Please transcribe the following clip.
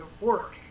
work